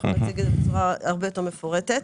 אנחנו נציג את זה בצורה הרבה יותר מפורטת.